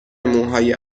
موهای